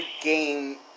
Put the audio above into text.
game